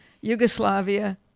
Yugoslavia